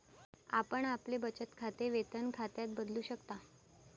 आपण आपले बचत खाते वेतन खात्यात बदलू शकता